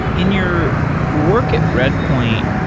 in your work at redpoint,